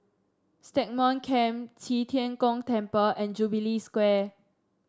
Stagmont Camp Qi Tian Gong Temple and Jubilee Square